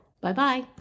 Bye-bye